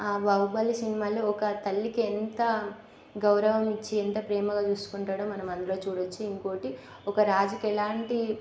బాహుబలి సినిమాలో ఒక తల్లికి ఎంత గౌరవం ఇచ్చి ఎంత ప్రేమగా చూసుకుంటాడో మనం అందులో చూడొచ్చు ఇంకోటి ఒక రాజుకు ఎలాంటి